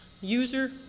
User